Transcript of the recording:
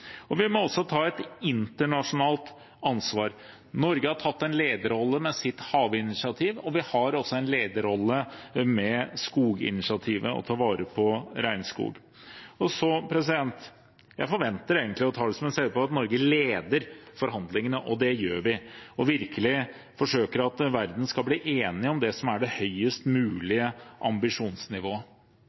har også en lederrolle med skoginitiativet, å ta vare på regnskog. Jeg forventer og tar det egentlig som en selvfølge at Norge leder forhandlingene – og det gjør vi – og virkelig forsøker å få verden til å bli enig om det som er det høyest mulige ambisjonsnivået.